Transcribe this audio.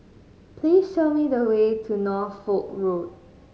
please show me the way to Norfolk Road